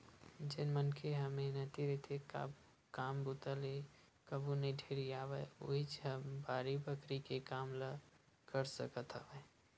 जेन मनखे ह मेहनती रहिथे, काम बूता ले कभू नइ ढेरियावय उहींच ह बाड़ी बखरी के काम ल कर सकत हवय